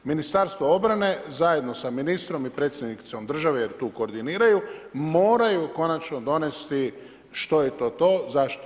Ministarstvo obrane zajedno sa ministrom i Predsjednicom države jer tu koordiniraju, moraju konačno donesti što je to to, zašto?